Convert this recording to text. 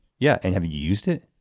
yeah and have you used it?